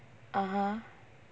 (uh huh)